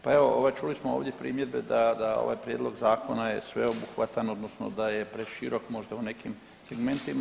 Pa evo čuli smo ovdje primjedbe da ovaj prijedlog zakona je sveobuhvatan, odnosno da je preširok možda u nekim segmentima.